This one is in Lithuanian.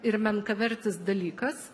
ir menkavertis dalykas